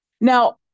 Now